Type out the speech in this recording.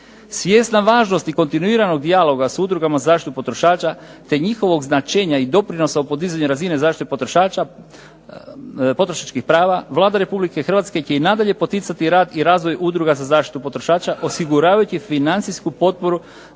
Svjesna važnosti kontinuiranog dijaloga s udrugama zaštite potrošača te njihovog značenja i doprinosa o podizanju razine zaštite potrošača, potrošačkih prava, Vlada Republike Hrvatske će i nadalje poticati rad i razvoj udruga za zaštitu potrošača osiguravajući financijsku potporu